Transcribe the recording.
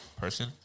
person